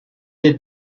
just